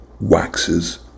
waxes